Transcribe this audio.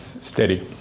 Steady